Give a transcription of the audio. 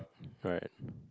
right